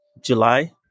July